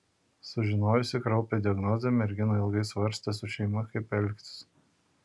sužinojusi kraupią diagnozę mergina ilgai svarstė su šeima kaip elgtis